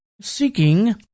seeking